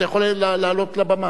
אתה יכול לעלות לבמה,